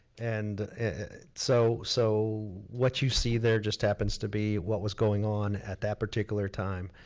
and so so, what you see there just happens to be what was going on at that particular time.